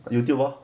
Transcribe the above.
有 youtube lor